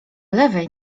lewej